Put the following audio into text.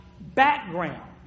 background